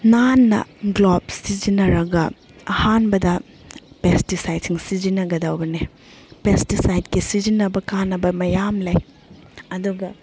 ꯅꯥꯟꯅ ꯒ꯭ꯂꯣꯞ ꯁꯤꯖꯤꯟꯅꯔꯒ ꯑꯍꯥꯟꯕꯗ ꯄꯦꯁꯇꯤꯁꯥꯏꯠꯁꯤꯡ ꯁꯤꯖꯤꯟꯅꯒꯗꯧꯕꯅꯦ ꯄꯦꯁꯇꯤꯁꯥꯏꯠꯀꯤ ꯁꯤꯖꯤꯟꯅꯕ ꯀꯥꯟꯅꯕ ꯃꯌꯥꯝ ꯂꯩ ꯑꯗꯨꯒ